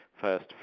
first